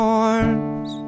arms